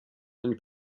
and